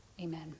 Amen